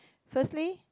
firstly